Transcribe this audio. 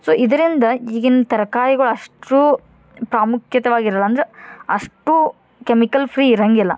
so ಇದರಿಂದ ಈಗಿನ ತರ್ಕಾರಿಗಳು ಅಷ್ಟು ಪ್ರಾಮುಖ್ಯತವಾಗಿರಲ್ಲ ಅಂದ್ರೆ ಅಷ್ಟು ಕೆಮಿಕಲ್ ಫ್ರೀ ಇರಂಗಿಲ್ಲ